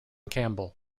campbell